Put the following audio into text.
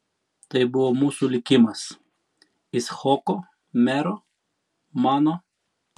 tai buvo mūsų likimas icchoko mero mano